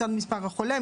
מספר מצד החולה,